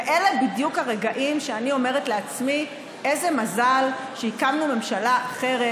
ואלה בדיוק הרגעים שאני אומרת לעצמי איזה מזל שהקמנו ממשלה אחרת,